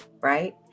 Right